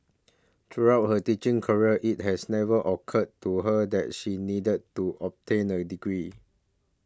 throughout her teaching career it has never occurred to her that she needed to obtain a degree